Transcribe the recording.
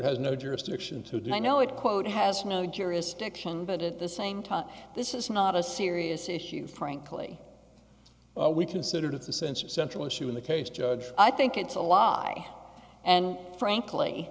has no jurisdiction to deny no it quote has no jurisdiction but at the same time this is not a serious issue frankly we considered it's a sense of central issue in the case judge i think it's a lie and frankly